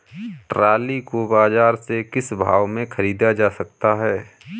Trolley को बाजार से किस भाव में ख़रीदा जा सकता है?